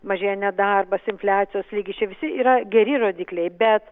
mažėja nedarbas infliacijos lygis čia visi yra geri rodikliai bet